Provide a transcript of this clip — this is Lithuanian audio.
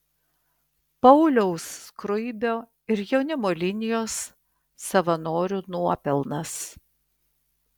pauliaus skruibio ir jaunimo linijos savanorių nuopelnas